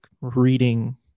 reading